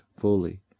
fully